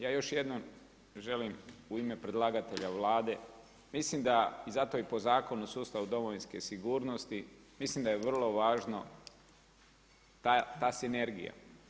Ja još jednom želim u ime predlagatelja Vlade, mislim da zato i po Zakonu o sustavu domovinske sigurnosti, mislim da je vrlo važno, ta sinergija.